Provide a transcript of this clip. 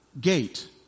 gate